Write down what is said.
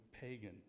pagan